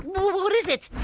what what is it?